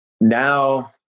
now